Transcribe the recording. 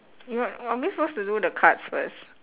what are we supposed to do the cards first